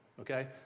okay